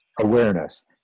awareness